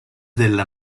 della